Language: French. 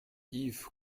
yves